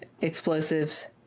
explosives